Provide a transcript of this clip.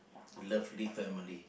lovely family